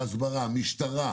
בהסברה, משטרה.